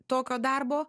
tokio darbo